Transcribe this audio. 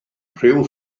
rhyw